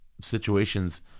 situations